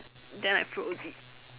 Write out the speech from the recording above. then I froze it